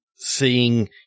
seeing